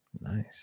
nice